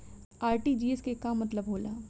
RTGS के का मतलब होला?